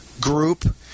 group